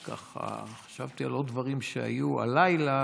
חשבתי על עוד דברים שהיו הלילה,